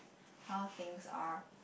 how things are